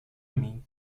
mim